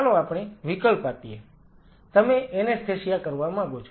ચાલો આપણે વિકલ્પ આપીએ તમે એનેસ્થેસિયા કરવા માંગો છો